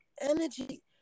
energy